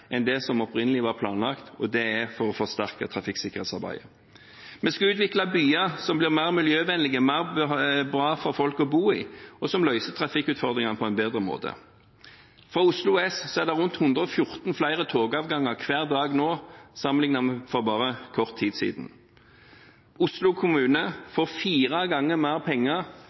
enn det som opprinnelig var planlagt, og det er for å forsterke trafikksikkerhetsarbeidet. Vi skal utvikle byer som blir mer miljøvennlige, bedre for folk å bo i og som løser trafikkutfordringene på en bedre måte. Fra Oslo S er det rundt 114 flere togavganger hver dag nå sammenliknet med for bare kort tid siden. Oslo kommune